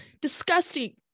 Disgusting